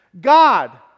God